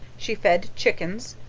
she fed chickens,